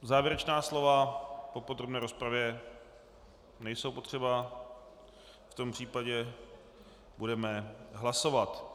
Závěrečná slova po podrobné rozpravě nejsou potřeba, v tom případě budeme hlasovat.